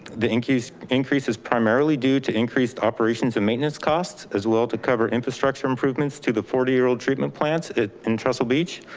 the increase increase is primarily due to increased operations and maintenance costs as well to cover infrastructure improvements to the forty year old treatment plants in trestle beach.